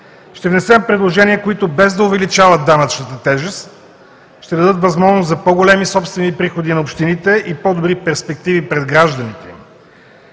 ще внесем предложения, които, без да увеличават данъчната тежест, ще дадат възможност за по-големи собствени приходи на общините и по добри перспективи пред гражданите им.